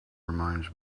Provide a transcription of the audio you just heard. reminds